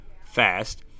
fast